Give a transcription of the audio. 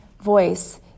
voice